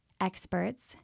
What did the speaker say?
experts